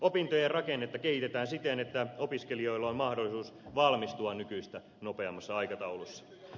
opintojen rakennetta kehitetään siten että opiskelijoilla on mahdollisuus valmistua nykyistä nopeammassa aikataulussa